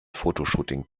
fotoshooting